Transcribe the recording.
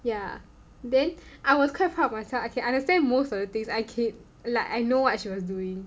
ya then I was quite proud of myself I can understand most of the things I can like I know what she was doing